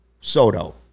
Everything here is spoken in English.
Soto